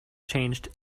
changed